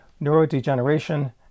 neurodegeneration